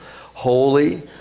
holy